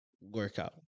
workout